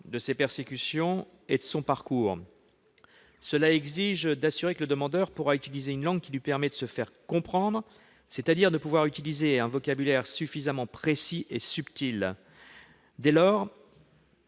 de ses persécutions et de son parcours. Cela exige d'assurer que le demandeur pourra utiliser une langue qui lui permet de se faire comprendre, c'est-à-dire de pouvoir utiliser un vocabulaire suffisamment précis et subtil. Dès lors,